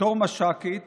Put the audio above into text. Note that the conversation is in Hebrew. בתור מש"קית